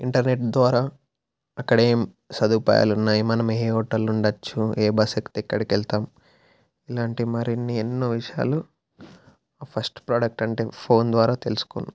internet ద్వారా అక్కడేం సదుపాయాలున్నాయి మనం ఏ హోటల్లో ఉండచ్చు ఏ బస్ ఎక్కితే ఎక్కడికెళ్తాం ఇలాంటి మరిన్ని ఎన్నో విషయాలు ఫస్ట్ ప్రోడక్ట్ అంటే ఫోన్ ద్వారా తెలుసుకున్నాను